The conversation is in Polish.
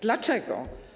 Dlaczego?